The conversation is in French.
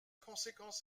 conséquence